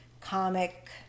comic